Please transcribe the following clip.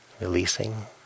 releasing